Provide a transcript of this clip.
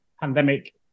pandemic